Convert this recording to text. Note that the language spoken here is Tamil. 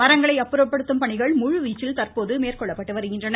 மரங்களை அப்புறப்படுத்தும் பணிகள் முழுவீச்சில் மேற்கொள்ளப்பட்டு வருகின்றன